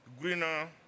greener